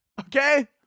Okay